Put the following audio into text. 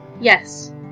Yes